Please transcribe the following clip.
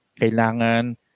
kailangan